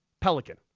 pelican